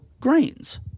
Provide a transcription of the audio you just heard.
grains